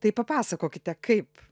tai papasakokite kaip